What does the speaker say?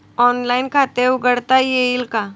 Online खाते उघडता येईल का?